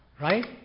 right